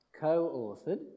co-authored